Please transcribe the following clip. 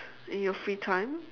in your free time